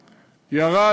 ירד.